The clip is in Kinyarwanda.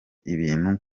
ibintu